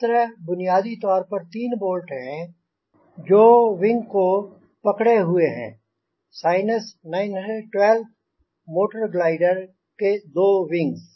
इस तरह बुनियादी तौर पर तीन बोल्ट हैं जो विंग को पकड़े हुए हैं साइनस 912 मोटर ग्लाइडर के दो विंग्स